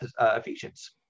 Ephesians